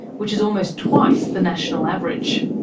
which is almost twice the national average.